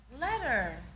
Letter